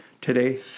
today